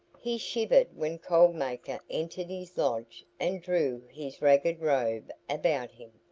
he shivered when cold maker entered his lodge and drew his ragged robe about him.